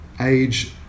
age